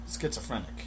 Schizophrenic